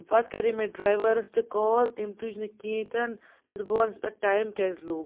پَتہٕ کَرے مےٚ ڈریوٲرَس تہِ کال تٔمۍ تُج نہٕ کہیٖنۍ تِنہٕ مےٚ دوٚپ بہٕ وَنَس تۄتہٕ ٹایَم کیازِ لوٚگ